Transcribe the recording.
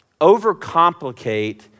overcomplicate